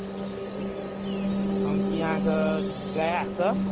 हँ से हम छी अहाँकेँ गयासँ